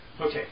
Okay